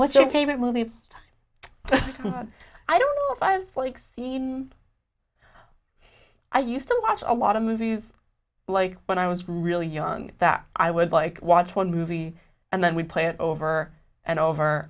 what's your favorite movie i don't like scene i used to watch a lot of movies like when i was really young that i would like watch one movie and then we'd play it over and over